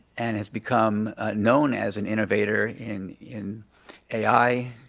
and he's become known as an innovator in in ai,